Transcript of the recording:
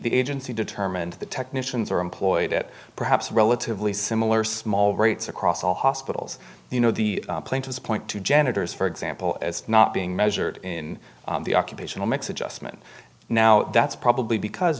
the agency determined the technicians are employed at perhaps relatively similar small rates across all hospitals you know the plaintiffs point to janitors for example as not being measured in the occupation makes adjustment now that's probably because